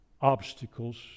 obstacles